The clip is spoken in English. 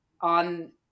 on